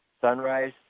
sunrise